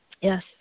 Yes